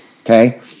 okay